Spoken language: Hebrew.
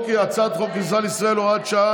הצעת חוק הכניסה לישראל (הוראת שעה,